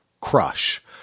crush –